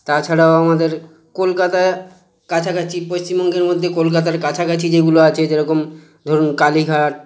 তাছাড়াও আমাদের কলকাতায় কাছাকাছি পশ্চিমবঙ্গের মধ্যে কলকাতার কাছাকাছি যেগুলো আছে যেরকম ধরুন কালীঘাট